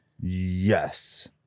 yes